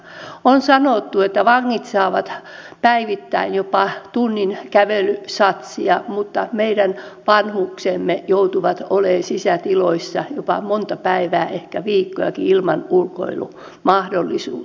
on sanottu että vangit saavat päivittäin jopa tunnin kävelysatsia mutta meidän vanhuksemme joutuvat olemaan sisätiloissa jopa monta päivää ehkä viikkojakin ilman ulkoilumahdollisuutta